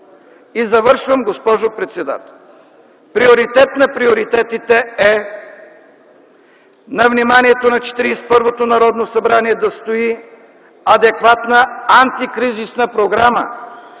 Завършвам, госпожо председател. Приоритет на приоритетите е на вниманието на 41-то Народно събрание да стои адекватна антикризисна програма.